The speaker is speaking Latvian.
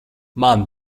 man